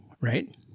Right